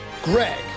Greg